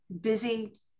busy